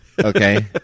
Okay